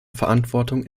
verantwortung